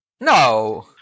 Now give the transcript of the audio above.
No